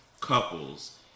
couples